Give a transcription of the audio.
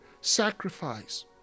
sacrifice